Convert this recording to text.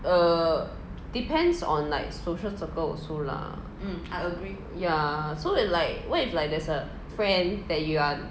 err depends on like social circle also lah yeah so if like what if like there's a friend that you are